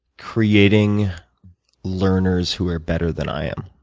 creating learners who are better than i am.